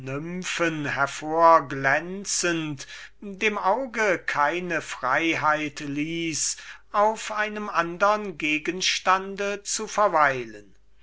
hervorglänzend dem auge keine freiheit ließ auf einem andern gegenstande zu verweilen